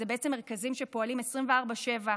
אלה מרכזים שפועלים 24/7,